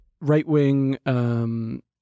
right-wing